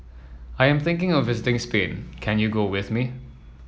I am thinking of visiting Spain can you go with me